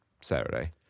Saturday